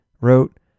wrote